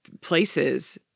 places